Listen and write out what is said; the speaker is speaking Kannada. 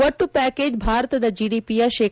ಒಟ್ಟು ವ್ಯಾಕೇಜ್ ಭಾರತದ ಜಿಡಿಪಿಯ ಶೇ